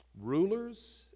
Rulers